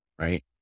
Right